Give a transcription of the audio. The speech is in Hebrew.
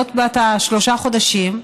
זאת בת השלושה חודשים,